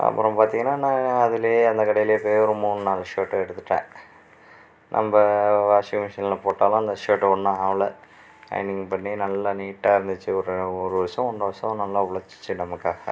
அப்புறம் பார்த்திங்கன்னா நான் அதில் அந்த கடையில் போயி ஒரு மூணு நாலு ஷேர்ட்டு எடுத்துட்டேன் நம்ம வாஷின்மிஷினில் போட்டாலும் அந்த ஷேர்ட்டு ஒன்றும் ஆகலை அயனிங் பண்ணி நல்ல நீட்டாக இருந்துச்சு ஒரு ஒரு வருடம் ஒன்றரை வருடம் நல்லா உழச்சிச்சி நமக்காக